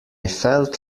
felt